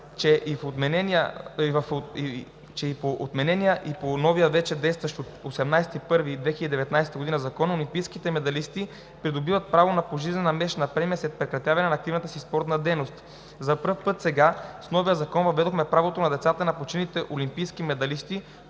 че и по отменения и по новия, вече действащ от 18 януари 2019 г. Закон олимпийските медалисти придобиват право на пожизнена месечна премия след прекратяване на активната си спортна дейност. За пръв път сега с новия закон въведохме правото на децата на починалите олимпийски медалисти,